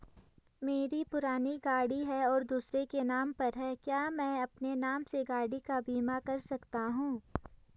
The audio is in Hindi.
मेरी पुरानी गाड़ी है और दूसरे के नाम पर है क्या मैं अपने नाम से गाड़ी का बीमा कर सकता हूँ?